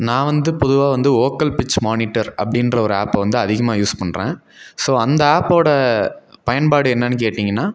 நான் வந்து பொதுவாக வந்து வோக்கல் பிட்ச் மானிட்டர் அப்படின்ற ஒரு ஆப்பை வந்து அதிகமாக யூஸ் பண்றேன் ஸோ அந்த ஆப்போட பயன்பாடு என்னன்னு கேட்டிங்கன்னால்